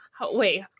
wait